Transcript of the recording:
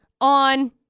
On